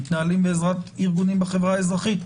מתנהלים בעזרת ארגונים בחברה האזרחית.